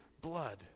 blood